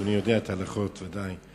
ואדוני יודע את ההלכות ודאי.